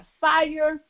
fire